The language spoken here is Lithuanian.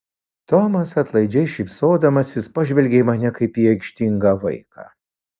tomas atlaidžiai šypsodamasis pažvelgė į mane kaip į aikštingą vaiką